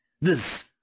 This